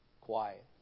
Quiet